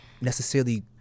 necessarily-